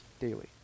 daily